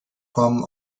kommen